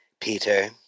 Peter